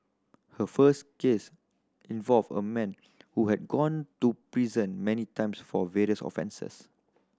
her first case involved a man who had gone to prison many times for various offences